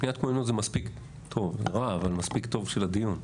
פניית כוננות זה רע אבל מספיק טוב בשביל הדיון.